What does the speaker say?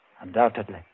Undoubtedly